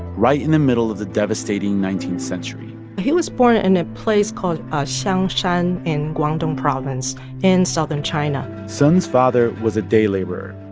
right in the middle of the devastating nineteenth century he was born in and a place called xiangshan in guangdong province in southern china sun's father was a day laborer.